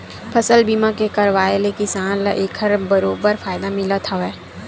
फसल बीमा के करवाय ले किसान ल एखर बरोबर फायदा मिलथ हावय